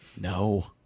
No